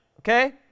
Okay